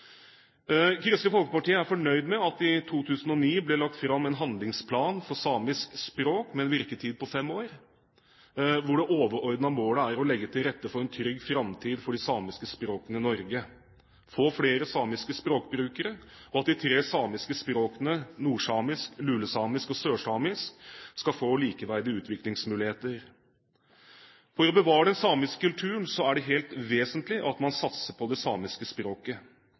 Kristelig Folkeparti er fornøyd med at det i 2009 ble lagt fram en handlingsplan for samisk språk, med en virketid på fem år, hvor det overordnede målet er å legge til rette for en trygg framtid for de samiske språkene i Norge, få flere samiske språkbrukere, og at de tre samiske språkene nordsamisk, lulesamisk og sørsamisk skal få likeverdige utviklingsmuligheter. For å bevare den samiske kulturen er det helt vesentlig at man satser på det samiske språket.